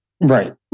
Right